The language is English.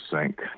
sink